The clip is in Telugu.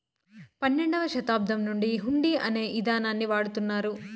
పన్నెండవ శతాబ్దం నుండి హుండీ అనే ఇదానాన్ని వాడుతున్నారు